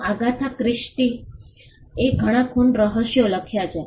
તો આગાથા ક્રિસ્ટીએ ઘણા ખૂન રહસ્યો લખ્યા છે